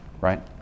right